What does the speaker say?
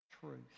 truth